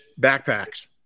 backpacks